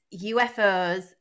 UFOs